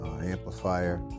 amplifier